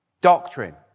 Doctrine